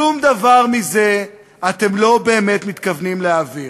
שום דבר מזה אתם לא באמת מתכוונים להעביר.